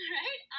right